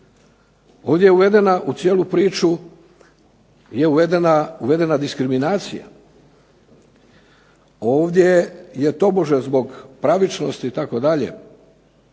Ovdje je uvedena u cijelu priču diskriminacija. Ovdje je tobože zbog pravičnosti itd.,